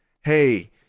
hey